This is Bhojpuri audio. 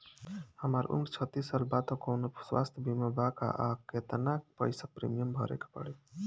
हमार उम्र छत्तिस साल बा त कौनों स्वास्थ्य बीमा बा का आ केतना पईसा प्रीमियम भरे के पड़ी?